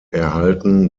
erhalten